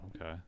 Okay